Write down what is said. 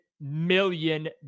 million